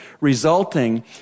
resulting